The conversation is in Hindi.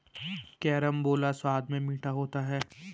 कैरमबोला स्वाद में मीठा होता है